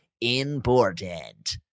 important